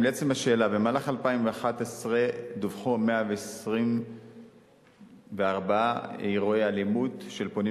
לעצם השאלה: במהלך 2011 דווחו 124 אירועי אלימות של פונים